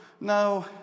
no